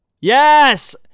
Yes